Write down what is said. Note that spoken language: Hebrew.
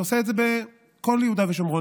אתה עושה את זה בכל יהודה ושומרון,